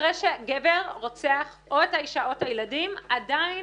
אחרי שגבר רוצח או את האישה או את הילדים עדיין